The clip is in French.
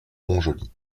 montjoly